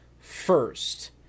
first